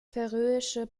färöische